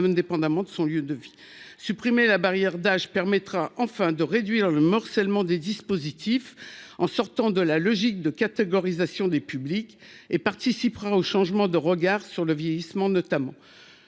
indépendamment de son lieu de vie, supprimer la barrière d'âge permettra enfin de réduire le morcellement des dispositifs en sortant de la logique de catégorisation des publics et participera au changement de regard sur le vieillissement, notamment